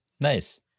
Nice